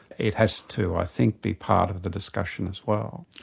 it has to i think be part of the discussion as well.